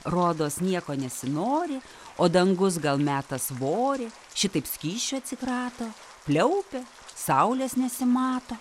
rodos nieko nesinori o dangus gal meta svorį šitaip skysčių atsikrato pliaupia saulės nesimato